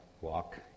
walk